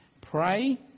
Pray